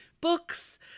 Books